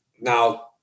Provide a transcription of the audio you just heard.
now